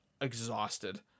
exhausted